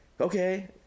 Okay